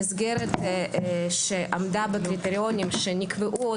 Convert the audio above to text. המסגרת שעמדה בקריטריונים שנקבעו עוד